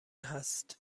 هست